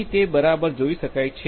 અહીં તે બરાબર જોઈ શકાય છે